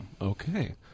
Okay